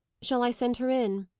shall i send her in?